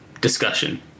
discussion